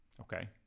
Okay